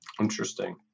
Interesting